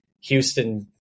Houston